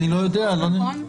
נכון.